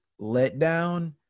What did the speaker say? letdown